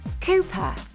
Cooper